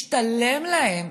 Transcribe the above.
משתלם להם,